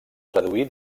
traduí